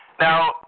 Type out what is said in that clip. Now